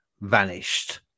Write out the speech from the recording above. vanished